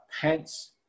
pants